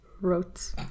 wrote